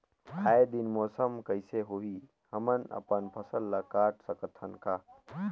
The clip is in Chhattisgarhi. आय दिन मौसम कइसे होही, हमन अपन फसल ल काट सकत हन का?